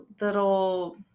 little